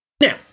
Now